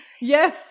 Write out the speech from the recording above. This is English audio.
yes